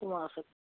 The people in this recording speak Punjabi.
ਘੁੰਮਾ ਸਕਾਂ